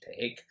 take